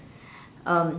um